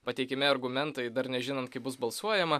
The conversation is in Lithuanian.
pateikiami argumentai dar nežinant kaip bus balsuojama